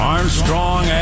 Armstrong